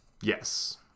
yes